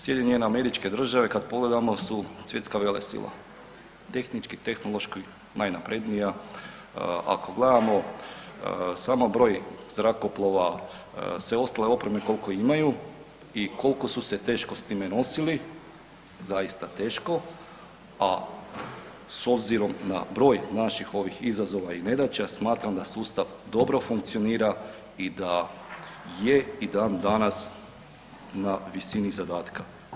SAD kad pogledamo su svjetska velesila, tehnički, tehnološki najnaprednija, ako gledamo samo broj zrakoplova, sve ostale opreme koliko imaju i koliko su se teško s time nosili, zaista teško, a s obzirom na broj naših ovih izazova i nedaća smatram da sustav dobro funkcionira i da je dan danas na visini zadataka.